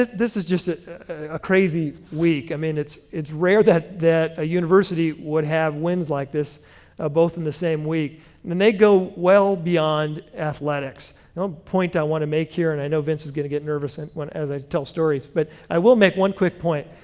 this this is just a crazy week. i mean it's it's rare that that a university would have wins like this ah both in the same week, and and they go well beyond athletics. one point i want to make here, and i know vince is going to get nervous and as i tell stories, but i will make one quick point.